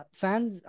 fans